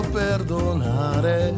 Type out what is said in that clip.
perdonare